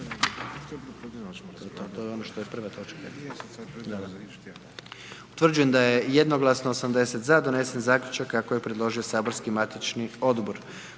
Utvrđujem da je jednoglasno 81 za donijet zaključak kako ga je predložilo matično saborsko